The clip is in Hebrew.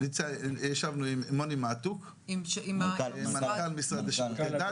ישבנו עם מוני מעתוק, מנכ"ל משרד שירותי דת.